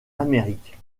amérique